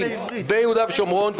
ביהודה ושומרון,